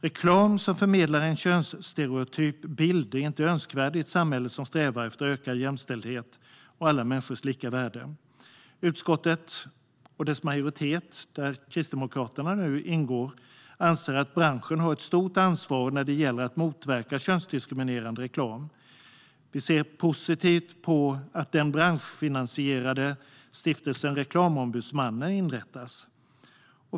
Reklam som förmedlar en könsstereotyp bild är inte önskvärd i ett samhälle som strävar efter ökad jämställdhet och alla människors lika värde. Utskottet och dess majoritet, där Kristdemokraterna nu ingår, anser att branschen har ett stort ansvar när det gäller att motverka könsdiskriminerande reklam. Vi ser positivt på att den branschfinansierade stiftelsen Reklamombudsmannen har inrättats.